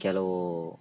ಕೆಲವು